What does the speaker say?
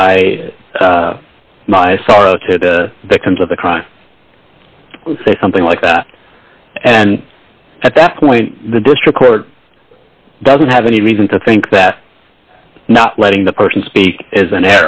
my sorrow to the victims of the crime say something like that and at that point the district court doesn't have any reason to think that not letting the person speak is an